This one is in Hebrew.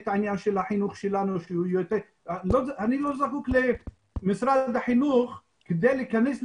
אם היינו אזרחים שווים זאת הדרישה הראשונה של הציבוריות הישראלית בכלל,